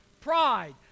Pride